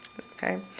Okay